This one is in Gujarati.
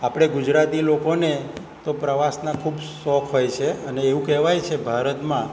આપણે ગુજરાતી લોકોને તો પ્રવાસના ખૂબ શોખ હોય છે અને એવું કહેવાય છે ભારતમાં